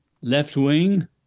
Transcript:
left-wing